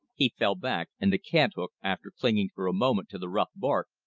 he fell back, and the cant-hook, after clinging for a moment to the rough bark,